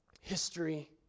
History